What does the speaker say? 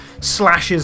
slashes